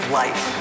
life